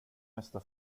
nästa